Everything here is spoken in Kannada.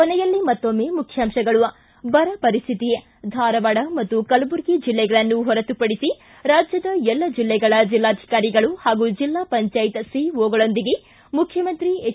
ಕೊನೆಯಲ್ಲಿ ಮತ್ತೊಮ್ಮೆ ಮುಖ್ಯಾಂಶಗಳು ಿ ಬರ ಪರಿಸ್ಥಿತಿ ಧಾರವಾಡ ಮತ್ತು ಕುಲಬುರಗಿ ಜಿಲ್ಲೆಗಳನ್ನು ಹೊರತುಪಡಿಸಿ ರಾಜ್ಯದ ಎಲ್ಲ ಜಿಲ್ಲೆಗಳ ಜಿಲ್ಲಾಧಿಕಾರಿಗಳು ಹಾಗೂ ಜಿಲ್ಲಾ ಪಂಚಾಯತ್ ಸಿಇಒಗಳೊಂದಿಗೆ ಮುಖ್ಯಮಂತ್ರಿ ಎಚ್